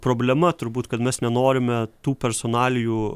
problema turbūt kad mes nenorime tų personalijų